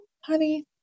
honey